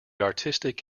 artistic